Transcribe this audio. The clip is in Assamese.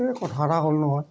এই কথা এটা হ'ল নহয়